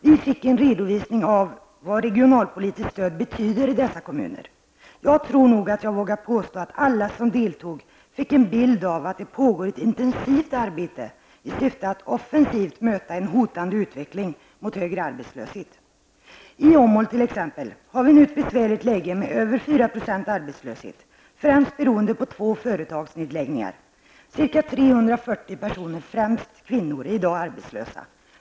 Vi fick en redovisning av vad regionalpolitiskt stöd betyder i dessa kommuner. Jag tror nog att jag vågar påstå att alla som deltog fick en bild av att det pågår ett intensivt arbete i syfte att offensivt möta en hotande utveckling mot högre arbetslöshet. I Åmål t.ex. har vi nu ett besvärligt läge med över 4 % arbetslöshet, främst beroende på två företagsnedläggningar. 340 personer, främst kvinnor, är i dag arbetslösa.